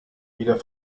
wieder